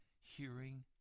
hearing